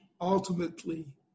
ultimately